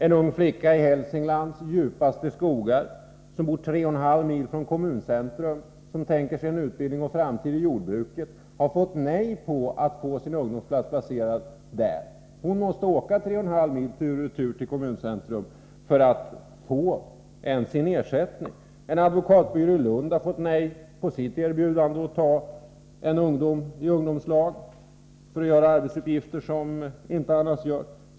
En ung flicka i Hälsinglands djupaste skogar, som bor 3,5 mil från kommuncentrum och tänker sig en utbildning och en framtid i jordbruket, har fått nej på begäran att få sin ungdomsplats i just jordbruk. Hon måste åka 3,5 mil tur och retur till kommuncentrum för att ens få sin ersättning. En advokatbyrå i Lund har fått nej på sitt erbjudande att ta en ung människa i ungdomslag för de arbetsuppgifter som annars inte utförs.